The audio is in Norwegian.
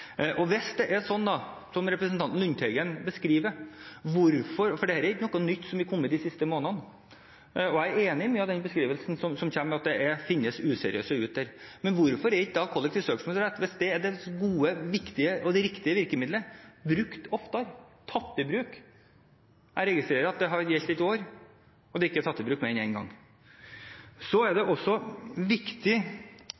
men hvis det er slik, som representanten Lundteigen beskriver det, hvorfor er ikke kollektiv søksmålsrett – hvis det er det gode, det viktige og det riktige virkemiddelet – brukt oftere? Jeg registrerer at det har gjeldt et år, og det er ikke tatt i bruk mer enn en gang. Så er det også viktig,